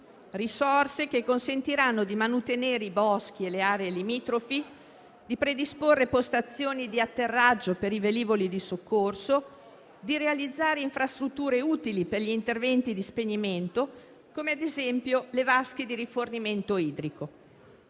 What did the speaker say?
risorse consentiranno di manutenere i boschi e le aree limitrofe, predisporre postazioni di atterraggio per i velivoli di soccorso e realizzare infrastrutture utili per gli interventi di spegnimento, come ad esempio le vasche di rifornimento idrico.